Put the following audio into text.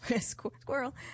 Squirrel